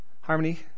Harmony